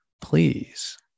Please